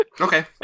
Okay